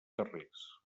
carrers